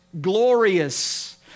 Glorious